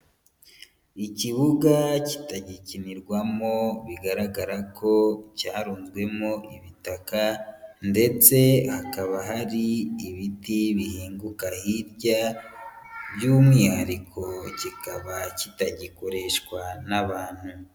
Ikibuga kitagikinirwamo bigaragara ko cyarunzwemo ibitaka ndetse hakaba hari ibiti bihinguka hirya, by'umwihariko kikaba kitagikoreshwa n'abantu.